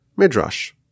Midrash